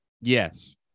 Yes